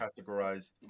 Categorize